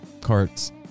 carts